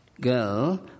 girl